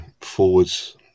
forwards